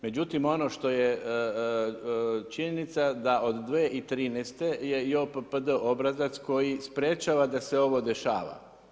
Međutim, ono što je činjenica da od 2013. je i JOPPD obrazac koji sprječava da se ovo dešava.